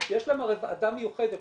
יש להם הרי ועדה מיוחדת.